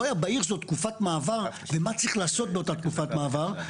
לא היה בהיר שזאת תקופת מעבר ומה צריך לעשות באותה תקופת מעבר.